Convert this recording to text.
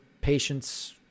patients